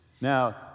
Now